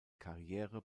karriere